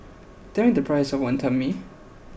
Tell me the price of Wantan Mee